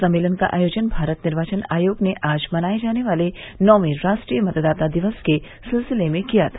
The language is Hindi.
सम्मेलन का आयोजन भारत निर्वाचन आयोग ने आज मनाए जाने वाले नौवें राष्ट्रीय मतदाता दिवस के सिलसिले में किया था